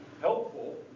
helpful